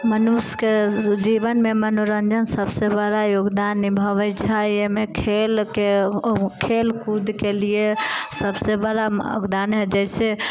मनुष्यके जीवनमे मनोरञ्जन सबसँ बड़ा योगदान निभाबै छै अयमे खेलके खेल कूदके लिए सबसँ बड़ा योगदान है जैसे